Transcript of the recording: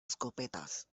escopetas